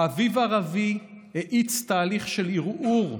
האביב הערבי האיץ תהליך של ערעור הגבולות,